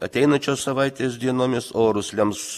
ateinančios savaitės dienomis orus lems